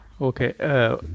Okay